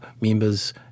members